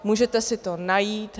Můžete si to najít.